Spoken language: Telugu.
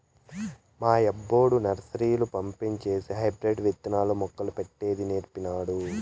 మా యబ్బొడు నర్సరీల పంజేసి హైబ్రిడ్ విత్తనాలు, మొక్కలు పెట్టేది నీర్పినాడు